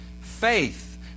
Faith